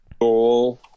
goal –